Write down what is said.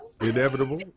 Inevitable